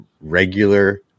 regular